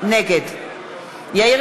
נגד יאיר